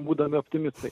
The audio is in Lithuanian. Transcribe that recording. būdami optimistai